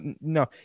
no